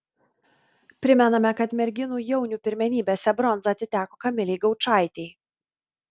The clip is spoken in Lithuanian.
primename kad merginų jaunių pirmenybėse bronza atiteko kamilei gaučaitei